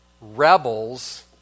rebels